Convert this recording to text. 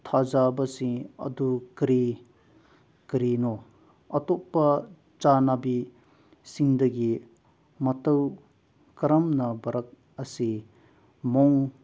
ꯊꯥꯖꯕꯁꯤꯡ ꯑꯗꯨ ꯀꯔꯤ ꯀꯔꯤꯅꯣ ꯑꯇꯣꯞꯄ ꯆꯠꯅꯕꯤꯁꯤꯡꯗꯒꯤ ꯃꯇꯧ ꯀꯔꯝꯅ ꯚꯥꯔꯠ ꯑꯁꯤ ꯃꯑꯣꯡ